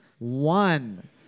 one